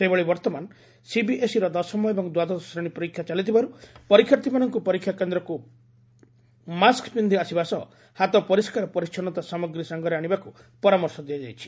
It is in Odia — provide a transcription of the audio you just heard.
ସେହିଭଳି ବର୍ଭମାନ ସିବିଏସ୍ଇର ଦଶମ ଏବଂ ଦ୍ୱାଦଶ ଶ୍ରେଣୀ ପରୀକ୍ଷା ଚାଲିଥିବାରୁ ପରୀକ୍ଷାର୍ଥୀମାନଙ୍ଙ୍କୁ ପରୀକ୍ଷା କେନ୍ଦ୍ରକୁ ମାସ୍କ ପିନ୍ବି ଆସିବା ସହ ହାତ ପରିଷ୍କାର ପରିଚ୍ଚନୂତା ସାମଗ୍ରୀ ସାଙ୍ଗରେ ଆଶିବାକୁ ପରାମର୍ଶ ଦିଆଯାଇଛି